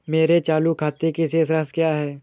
मेरे चालू खाते की शेष राशि क्या है?